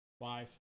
Five